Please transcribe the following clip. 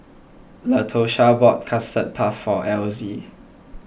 Latosha bought Custard Puff for Elzie